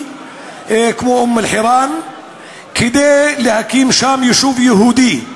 כמו אום-אלחיראן כדי להקים שם יישוב יהודי?